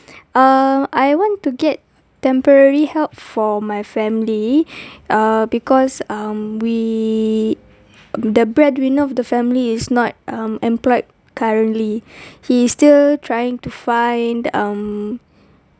um I want to get temporary help for my family uh because um we the breadwinner of the family is not um employed currently he is still trying to find um